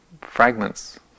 fragments